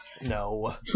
No